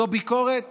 זו ביקורת